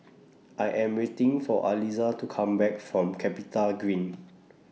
I Am waiting For Aliza to Come Back from Capitagreen